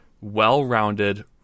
well-rounded